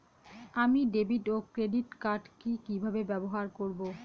আমি ডেভিড ও credit card কি কিভাবে ব্যবহার করব?